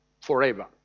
forever